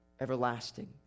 everlasting